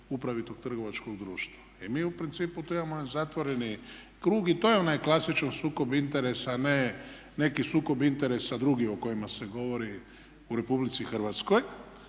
upravi tog trgovačkog društva. I mi u principu tu imamo jedan zatvoreni krug i to je onaj klasičan sukob interesa a ne neki sukob interesa drugi o kojima se govori u Republici Hrvatskoj.